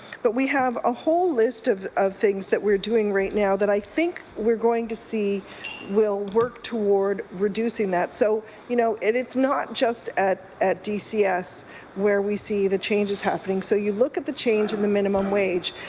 but we have a whole list of of things we're doing right now, i think we're going to see will work toward reducing that. so you know and it's not just at at dcs where we see the changes happening. so you look at the change in the minimum wage.